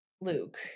Luke